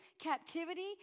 captivity